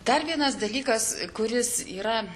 dar vienas dalykas kuris yra